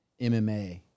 MMA